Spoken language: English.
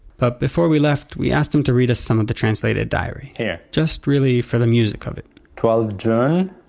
but before we left, we asked him to read us some of the translated diary here, just, really, for the music of it twelve june,